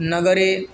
नगरे